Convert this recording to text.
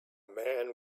man